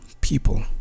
people